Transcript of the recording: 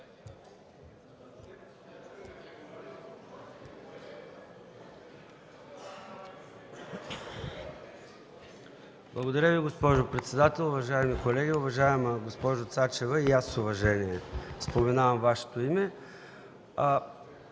Благодаря Ви, госпожо председател. Уважаеми колеги! Уважаема госпожо Цачева, и аз с уважение споменавам Вашето име.